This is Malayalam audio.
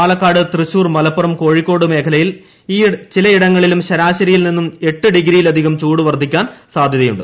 പാലൂക്കാട് തൃശൂർ മലപ്പുറം കോഴിക്കോട് മേഖലയിൽ ചില ഇടങ്ങളിലെങ്കിലും ശരാശരിയിൽനിന്നും എട്ട് ഡിഗ്രിയിലധികം ചൂട് വർദ്ധിക്കാൻ സാധ്യതയുണ്ട്